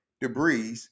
debris